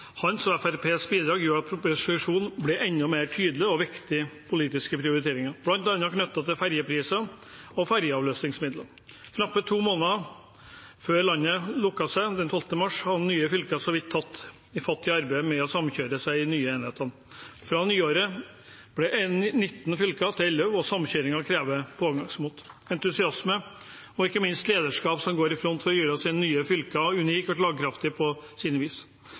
Hans og Fremskrittspartiets bidrag gjorde at proposisjonen ble enda tydeligere på viktige politiske prioriteringer, bl.a. knyttet til ferjepriser og ferjeavløsningsmidler. Knappe to måneder før landet lukket seg den 12. mars, hadde nye fylker så vidt tatt fatt på arbeidet med å samkjøre seg i de nye enhetene. Fra nyåret ble 19 fylker til 11, og samkjøringen krever pågangsmot, entusiasme og ikke minst et lederskap som går i front for å gjøre de nye fylkene unike og slagkraftige på sine vis.